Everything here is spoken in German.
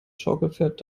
schaukelpferd